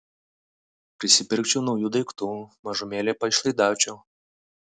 prisipirkčiau naujų daiktų mažumėlę paišlaidaučiau